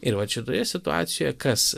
ir vat šitoje situacijoje kas